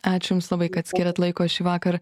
ačiū jums labai kad skyrėt laiko šįvakar